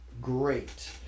great